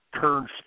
turns